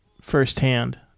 firsthand